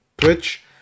Twitch